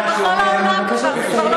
ובכל העולם כבר.